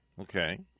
Okay